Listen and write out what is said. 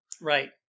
Right